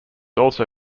also